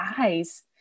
eyes